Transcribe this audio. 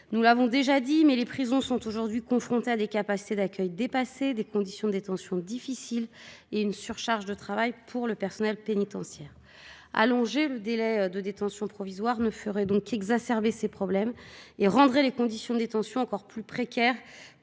Nous l'avons déjà souligné, les prisons sont aujourd'hui confrontées à des capacités d'accueil dépassées, des conditions de détention difficiles et une surcharge de travail pour le personnel pénitentiaire. Allonger le délai de détention provisoire ne ferait qu'exacerber ces problèmes et rendrait les conditions de détention encore plus précaires